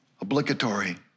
obligatory